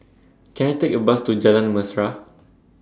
Can I Take A Bus to Jalan Mesra